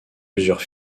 plusieurs